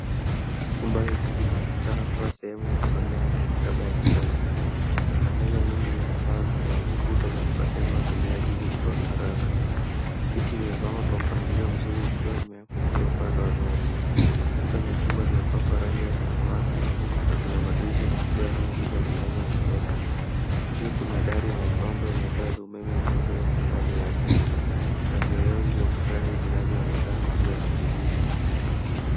Chumba hiki kinaonekana kuwa sehemu ya kusomea au maktaba ya kisasa. Kuna meza nyingi zenye mbao zenye kuta za kupatiana watumiaji ili kutoa faraga. Viti vimewekwa kwa mpangilio mzuri vikiwa vimewekwa kila upande wa meza. Kuta za chuma zimepakwa rangi ya samawati na kuna madirisha makubwa yanayoingiza mwangaza wa kutosha. Juu kuna dari ya mapambo yenye taa za umeme zilizowekwa ndani yake. Na viyowezi vya ukutani vinavyoonekana juu ya madirisha.